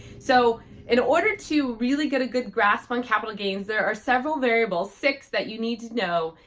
so in order to really get a good grasp on capital gains, there are several variables six, that you need to know,